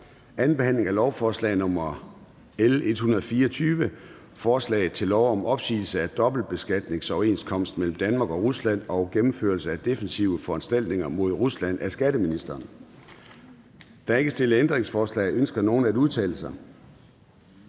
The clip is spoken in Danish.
2. behandling af lovforslag nr. L 124: Forslag til lov om opsigelse af dobbeltbeskatningsoverenskomst mellem Danmark og Rusland og gennemførelse af defensive foranstaltninger mod Rusland. Af skatteministeren (Jeppe Bruus). (Fremsættelse